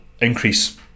increase